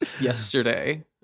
yesterday